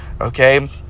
Okay